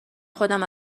خودم